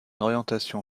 orientation